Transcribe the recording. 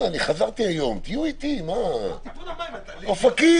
התש"ף-2020 - אופקים